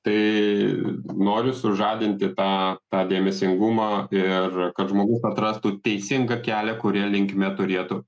tai noriu sužadinti tą tą dėmesingumą ir kad žmogus atrastų teisingą kelią kuria linkme turėtų